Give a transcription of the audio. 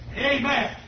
Amen